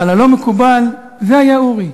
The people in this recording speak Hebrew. אבל הלא-מקובל, זה היה אורי.